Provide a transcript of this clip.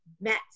met